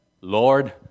Lord